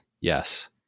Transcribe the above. Yes